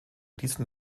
diesen